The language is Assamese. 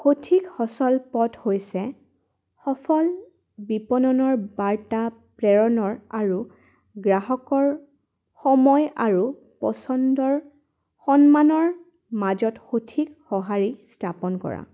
সঠিক সচল পথ হৈছে সফল বিপণনৰ বাৰ্তা প্ৰেৰণৰ আৰু গ্ৰাহকৰ সময় আৰু পচন্দৰ সন্মানৰ মাজত সঠিক সঁহাৰি স্থাপন কৰা